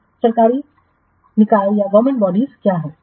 तो सरकारी निकाय क्या हैं